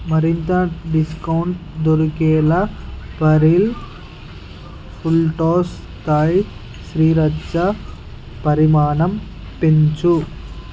మరింత డిస్కౌంట్ దొరికేలా పరి ఫూల్టాస్ థాయి శ్రీరచ్చ పరిమాణం పెంచు